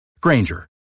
Granger